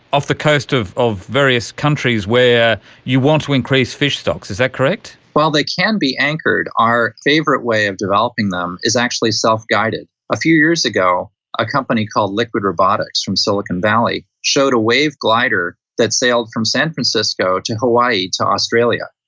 off the coast of of various countries where you want to increase fish stocks, is that correct? well, they can be anchored. our favourite way of developing them is actually self-guided. a few years ago a company called liquid robotics from silicon valley showed a wave glider that sailed from san francisco to hawaii to australia,